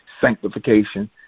sanctification